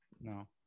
No